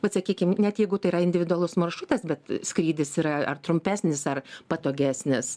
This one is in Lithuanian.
vat sakykim net jeigu tai yra individualus maršutas bet skrydis yra ar trumpesnis ar patogesnis